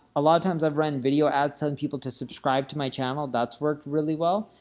a lot of times, i've run video ads telling people to subscribe to my channel, that's worked really well.